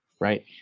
right